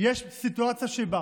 יש סיטואציה שבה